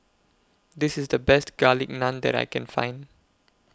This IS The Best Garlic Naan that I Can Find